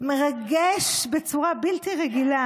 מרגש בצורה בלתי רגילה,